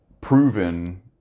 proven